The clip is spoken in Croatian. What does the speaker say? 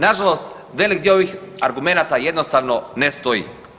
Nažalost velik dio ovih argumenata jednostavno ne stoji.